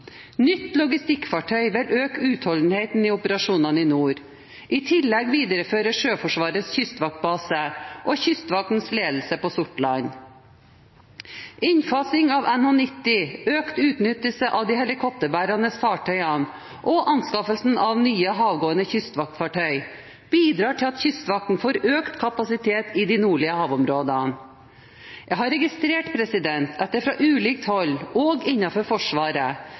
nytt logistikkfartøy vil øke utholdenheten i operasjoner i nord. I tillegg videreføres Sjøforsvarets kystvaktbase og Kystvaktens ledelse på Sortland. Innfasingen av NH90, økt utnyttelse av de helikopterbærende fartøyene og anskaffelsen av nye havgående kystvaktfartøy bidrar til at Kystvakten får økt kapasitet i de nordlige havområdene. Jeg har registrert at det fra ulike hold, også innenfor Forsvaret,